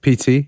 PT